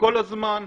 כל הזמן.